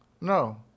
No